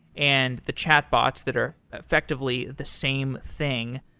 and the chatbots that are effectively the same thing.